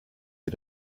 ihr